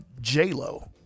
J-Lo